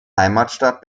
heimatstadt